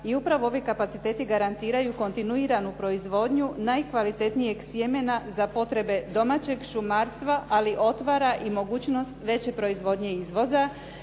i upravo ovi kapaciteti garantiraju kontinuiranu proizvodnju najkvalitetnijeg sjemena za potrebe domaćeg šumarstva ali otvara i mogućnost veće proizvodnje izvoza